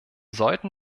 sollten